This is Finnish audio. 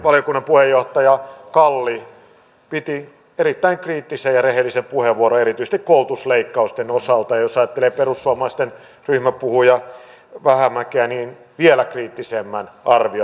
valtiovarainvaliokunnan puheenjohtaja kalli piti erittäin kriittisen ja rehellisen puheenvuoron erityisesti koulutusleikkausten osalta ja jos ajattelee perussuomalaisten ryhmäpuhuja vähämäkeä niin hän esitti vielä kriittisemmän arvion